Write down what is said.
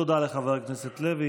תודה לחבר הכנסת לוי.